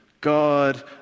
God